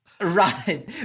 Right